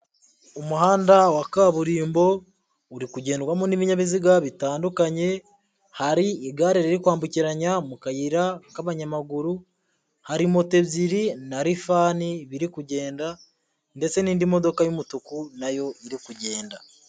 Umuhanda wa kaburimbo uri kugendwamo n'ibinyabiziga bitandukanye, hari igare riri kwambukiranya mu kayira k'abanyamaguru, hari moto ebyiri na rifani biri kugenda ndetse n'indi modoka y'umutuku na yo iri kugenda.